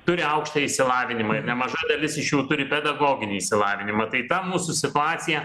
turi aukštąjį išsilavinimą ir nemaža dalis iš jų turi pedagoginį išsilavinimą tai ta mūsų situacija